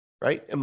Right